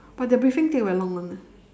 but their briefing take very long one leh